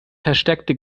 versteckte